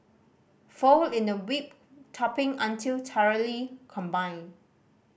fold in the whipped topping until thoroughly combined